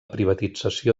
privatització